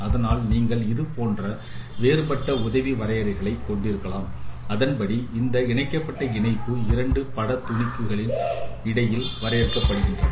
அதனால் நீங்கள் இது போன்ற வேறுபட்ட உதவி வரையறைகளை கொண்டிருக்கலாம் அதன்படி இந்த இணைக்கப்பட்ட இணைப்பு இரண்டு பட துளிகளுக்கு இடையில் வரையறுக்கப்படுகிறது